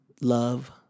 Love